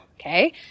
Okay